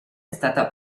stata